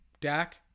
Dak